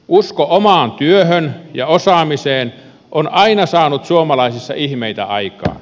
usko omaan työhön ja osaamiseen on aina saanut suomalaisissa ihmeitä aikaan